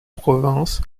province